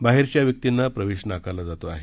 बाहेरच्या व्यक्तींना प्रवेश नाकारला जातो आहे